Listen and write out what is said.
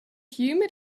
humid